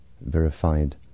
verified